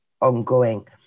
ongoing